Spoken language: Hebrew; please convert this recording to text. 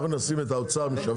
אנחנו נשים את האוצר משווק.